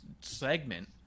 segment